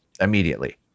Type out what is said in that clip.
immediately